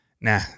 nah